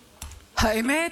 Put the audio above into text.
האמת,